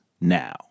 now